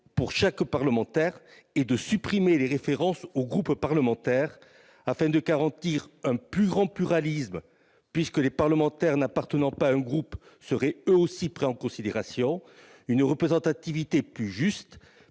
à chaque parlementaire et à supprimer les références aux groupes parlementaires, afin de garantir un plus grand pluralisme, puisque les parlementaires n'appartenant pas à un groupe seraient, eux aussi, pris en considération, et une meilleure représentativité, puisque